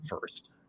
first